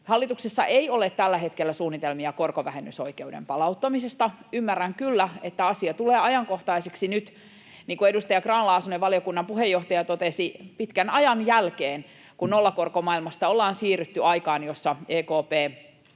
Hallituksessa ei ole tällä hetkellä suunnitelmia korkovähennysoikeuden palauttamisesta. Ymmärrän kyllä, että asia tulee ajankohtaiseksi nyt — niin kuin edustaja Grahn-Laasonen, valiokunnan puheenjohtaja, totesi, pitkän ajan jälkeen — kun nollakorkomaailmasta ollaan siirrytty aikaan, jossa EKP